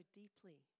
deeply